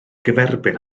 gyferbyn